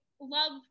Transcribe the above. love